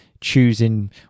choosing